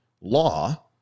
law